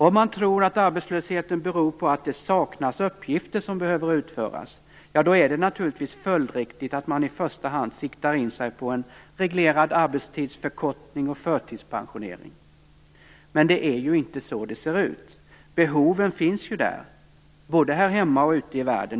Om man tror att arbetslösheten beror på att det saknas uppgifter som behöver utföras är det naturligtvis följdriktigt att man i första hand siktar in sig på en reglerad arbetstidsförkortning och förtidspensionering. Men det är ju inte så det ser ut! Behoven finns ju, både här hemma och ute i världen.